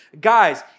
Guys